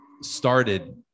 started